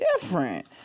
different